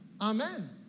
Amen